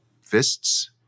fists